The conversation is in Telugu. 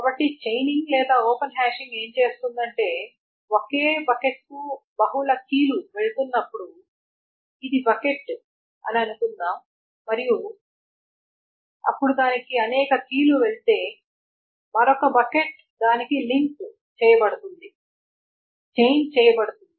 కాబట్టి చైనింగ్ లేదా ఓపెన్ హ్యాషింగ్ ఏమి చేస్తుందంటే ఒకే బకెట్కు బహుళ కీలు వెళుతున్నప్పుడు ఇది బకెట్ అని అనుకుందాం మరియు అప్పుడు దానికి అనేక కీలు వెళ్తాయి మరొక బకెట్ దానికి లింక్ చేయబడింది చైన్ చేయబడింది